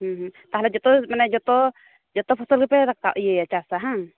ᱛᱟᱦᱚᱞᱮ ᱡᱚᱛᱚ ᱢᱟᱱᱮ ᱡᱚᱛᱚ ᱡᱚᱛᱚ ᱯᱷᱚᱥᱚᱞ ᱜᱮᱯᱮ ᱨᱟᱠᱟᱵ ᱤᱭᱟᱹᱭᱟ ᱪᱟᱥᱟ ᱦᱟᱝ